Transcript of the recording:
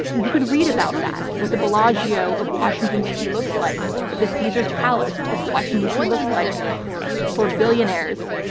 you can read about that, what the bellagio of washington d. c. looks like, what the caesars palace of washington d. c. looks like for billionaires,